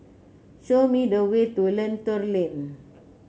show me the way to Lentor Lane